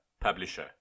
publisher